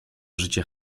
życie